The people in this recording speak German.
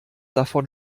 davon